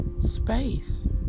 space